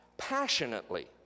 passionately